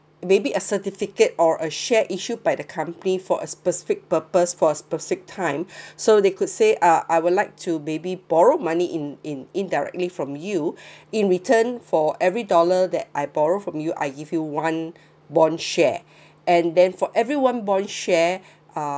maybe a certificate or a share issued by the company for a specific purpose for a perfect time so they could say ah I would like to may be borrow money in in indirectly from you in return for every dollar that I borrow from you I give you one bond share and then for everyone bond share uh